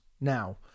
now